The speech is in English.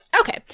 Okay